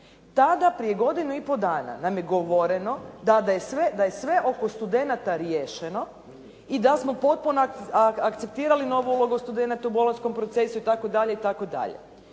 Tada, prije godinu i pol dana, nam je govoreno da je sve oko studenata riješeno i da smo potpuno akceptirali novu ulogu studenata u Bolonjskom procesu itd.,